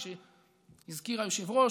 כפי שהזכיר היושב-ראש,